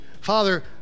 Father